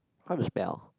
how to spell